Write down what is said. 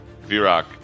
V-Rock